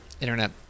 internet